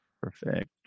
perfect